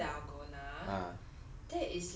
bandung dalgona